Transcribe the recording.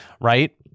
right